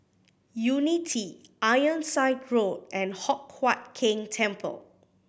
Unity Ironside Road and Hock Huat Keng Temple